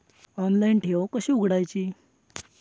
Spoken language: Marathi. ऑनलाइन ठेव कशी उघडायची?